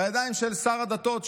בידיים של שר הדתות,